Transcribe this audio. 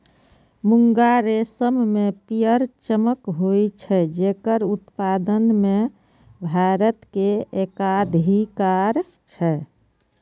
मूंगा रेशम मे पीयर चमक होइ छै, जेकर उत्पादन मे भारत के एकाधिकार छै